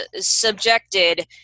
subjected